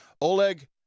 Oleg